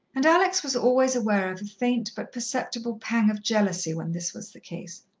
and alex was always aware of a faint but perceptible pang of jealousy when this was the case.